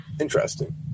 Interesting